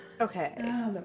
Okay